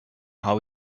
how